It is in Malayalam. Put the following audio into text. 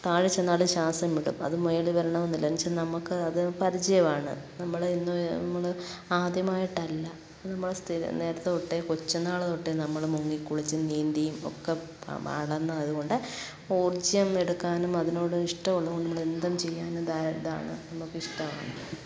താഴെ ചെന്നാലും ശ്വാസം വിടും അതു മുകളിൽ വരണമെന്നില്ല എന്നുവെച്ചാൽ നമുക്ക് അതു പരാജയമാണ് നമ്മൾ ഇന്നു നമ്മൾ ആദ്യമായിട്ടല്ല നമ്മൾ സ്ഥിരം നേരത്തേതൊട്ടേ കൊച്ചുനാളു തൊട്ടേ നമ്മൾ മുങ്ങി കുളിച്ചും നീന്തിയും ഒക്കെ വളർന്നതുകൊണ്ട് ഊർജ്ജം എടുക്കാനും അതിനോട് ഇഷ്ടം ഉള്ളതുകൊണ്ടും നമ്മൾ എന്തും ചെയ്യാനും തയ് ഇതാണ് നമുക്കിഷ്ടമാണ്